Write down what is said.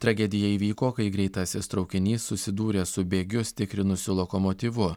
tragedija įvyko kai greitasis traukinys susidūrė su bėgius tikrinusiu lokomotyvu